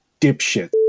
dipshits